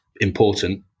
important